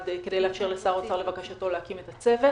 כדי לאפשר את בקשת שר האוצר להקים את הצוות.